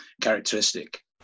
characteristic